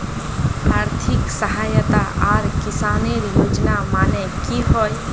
आर्थिक सहायता आर किसानेर योजना माने की होय?